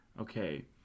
Okay